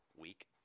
week